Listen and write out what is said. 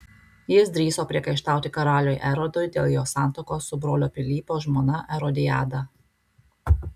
jis drįso priekaištauti karaliui erodui dėl jo santuokos su brolio pilypo žmona erodiada